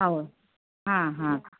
ಹೌದ್ ಹಾಂ ಹಾಂ